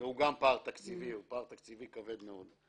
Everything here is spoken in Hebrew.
והפער הוא גם פער תקציבי כבד מאוד.